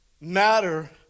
matter